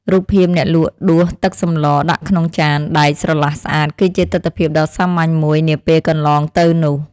រូបភាពអ្នកលក់ដួសទឹកសម្លដាក់ក្នុងចានដែកស្រឡះស្អាតគឺជាទិដ្ឋភាពដ៏សាមញ្ញមួយនាពេលកន្លងទៅនោះ។